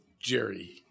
Jerry